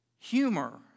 Humor